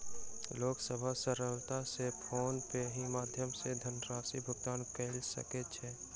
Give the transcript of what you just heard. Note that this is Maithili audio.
लोक सभ सरलता सॅ फ़ोन पे के माध्यम सॅ धनराशि भुगतान कय सकै छै